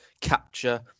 capture